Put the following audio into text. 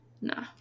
Nah